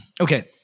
Okay